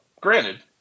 Granted